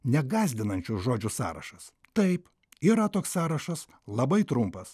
negąsdinančių žodžio sąrašas taip yra toks sąrašas labai trumpas